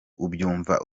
ubyumva